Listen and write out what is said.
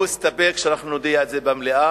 הוא הסתפק בזה שנודיע את זה במליאה.